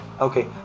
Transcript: okay